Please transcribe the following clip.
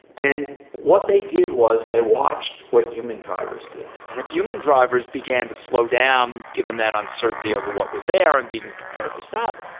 and what they did was they watched watched what human drivers did. and if human drivers began to slow down given that uncertainty over what was there and being prepared to stop,